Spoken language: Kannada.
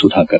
ಸುಧಾಕರ್